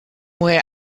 where